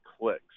clicks